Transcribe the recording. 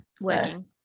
Working